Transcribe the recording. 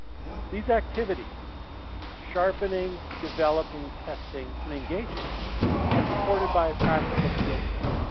these activities sharpening, developing, testing, and engaging are supported by a practical skill set.